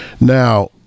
Now